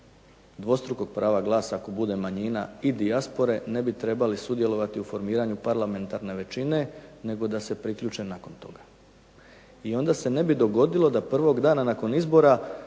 dvostrukog prava glasa ako bude manjina i dijaspore ne bi trebali sudjelovati u formiranju parlamentarne većine već da se priključe nakon toga. Onda se ne bi dogodilo da prvog dana nakon izbora